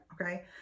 okay